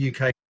UK